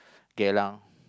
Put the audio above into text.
Geylang